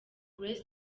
grace